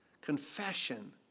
confession